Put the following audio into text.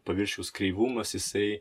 paviršiaus kreivumas jisai